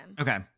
okay